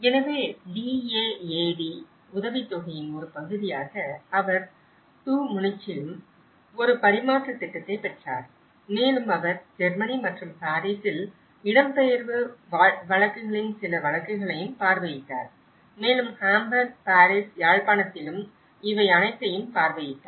எனவே DAAD உதவித்தொகையின் ஒரு பகுதியாக அவர் து முனிச்சிலும் ஒரு பரிமாற்றத் திட்டத்தைப் பெற்றார் மேலும் அவர் ஜெர்மனி மற்றும் பாரிஸில் இடம்பெயர்வு வழக்குகளின் சில வழக்குகளையும் பார்வையிட்டார் மேலும் ஹாம்பர்க் பாரிஸ் யாழ்ப்பாணத்திலும் இவை அனைத்தையும் பார்வையிட்டார்